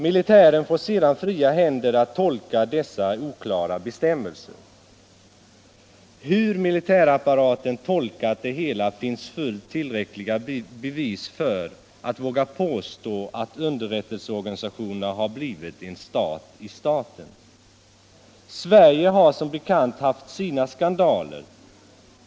Militären har sedan fått fria händer att tolka dessa oklara bestämmelser. Hur militärapparaten än tolkat det hela finns det fullt tillräckliga bevis för att våga påstå att underrättelseorganisationerna har blivit en stat i staten. Sverige har som bekant haft sina skandaler.